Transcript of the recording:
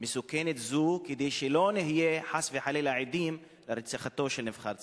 מסוכנת זו כדי שלא נהיה חס וחלילה עדים לרציחתו של נבחר ציבור?